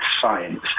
science